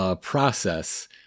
process